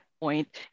point